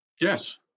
Yes